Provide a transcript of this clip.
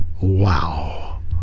wow